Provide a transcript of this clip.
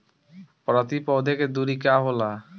प्रति पौधे के दूरी का होला?